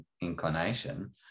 inclination